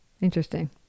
interesting